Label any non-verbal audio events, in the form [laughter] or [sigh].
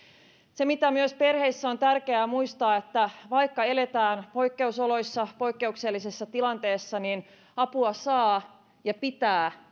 se mikä perheissä on myös tärkeää muistaa on se että vaikka eletään poikkeusoloissa poikkeuksellisessa tilanteessa niin apua saa ja pitää [unintelligible]